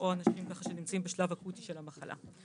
או אנשים שנמצאים בשלב אקוטי של המחלה.